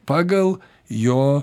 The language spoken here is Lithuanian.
pagal jo